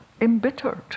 embittered